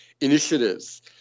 initiatives